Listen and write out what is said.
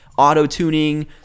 auto-tuning